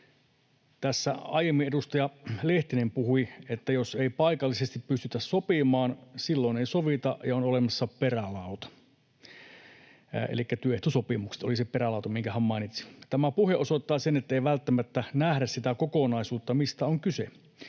Tässä aiemmin edustaja Lehtinen puhui, että jos ei paikallisesti pystytä sopimaan, silloin ei sovita ja on olemassa perälauta. Elikkä työehtosopimukset oli se perälauta, minkä hän mainitsi. Tämä puhe osoittaa sen, ettei välttämättä nähdä sitä kokonaisuutta, mistä on kyse.